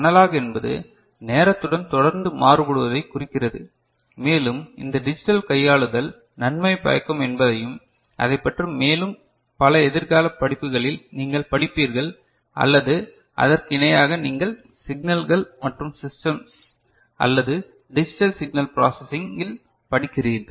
analogue என்பது நேரத்துடன் தொடர்ந்து மாறுபடுவதைக் குறிக்கிறது மேலும் இந்த டிஜிட்டல் கையாளுதல் நன்மை பயக்கும் என்பதையும் அதைப் பற்றி மேலும் பல எதிர்கால படிப்புகளில் நீங்கள் படிப்பீர்கள் அல்லது அதற்கு இணையாக நீங்கள் சிக்னல்கள் மற்றும் சிஸ்டம்ஸ் அல்லது டிஜிட்டல் சிக்னல் ப்ராசசெங்கில் படிக்கிறீர்கள்